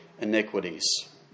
iniquities